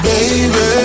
Baby